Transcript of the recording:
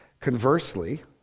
Conversely